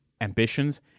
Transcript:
ambitions